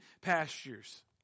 pastures